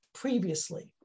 previously